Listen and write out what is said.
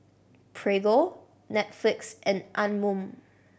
Prego Netflix and Anmum